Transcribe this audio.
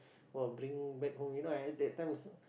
!wah! bring back home you know I at that time also